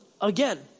again